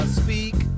speak